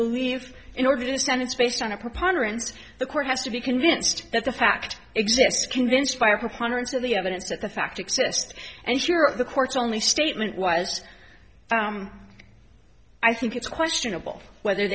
believe in order to stand it's based on a preponderance of the court has to be convinced that the fact exists convinced by a preponderance of the evidence that the fact exist and you're the court's only statement was i think it's questionable whether